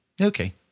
Okay